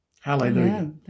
Hallelujah